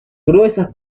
gruesas